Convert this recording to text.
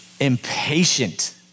Impatient